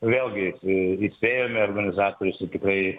vėlgi kai įspėjome organizatorius tai tikrai